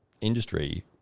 industry